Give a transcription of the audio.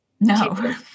No